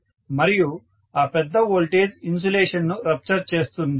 మరియు ఆ పెద్ద వోల్టేజ్ ఇన్సులేషన్ ను రప్చర్ చేస్తుంది